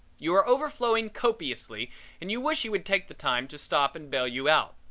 you are overflowing copiously and you wish he would take the time to stop and bail you out.